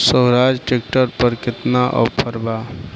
सोहराज tractor पर केतना offer बा?